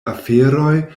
aferoj